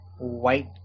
white